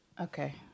okay